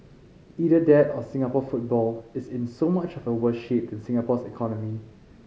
either that or Singapore football is in so much of a worse shape than Singapore's economy